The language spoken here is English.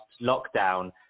lockdown